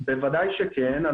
בוודאי שכן.